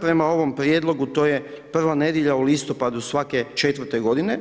Prema ovom prijedlogu, to je prva nedjelja u listopadu svake četvrte godine,